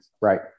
right